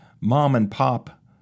mom-and-pop